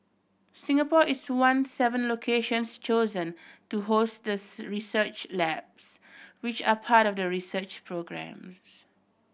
Singapore is one seven locations chosen to host the research labs which are part of the research programme